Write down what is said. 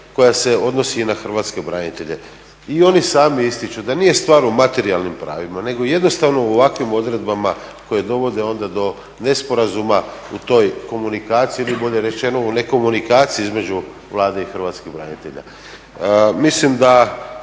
koja se odnosi i na Hrvatske branitelje. I oni sami ističu da nije stvar u materijalnim pravima nego jednostavno u ovakvim odredbama koje dovode onda do nesporazuma u toj komunikaciji ili bolje rečeno u nekomunikaciju između Vlade i Hrvatskih branitelja. Mislim da